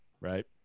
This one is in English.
right